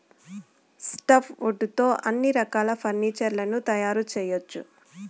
soft wood తో అన్ని రకాల ఫర్నీచర్ లను తయారు చేయవచ్చు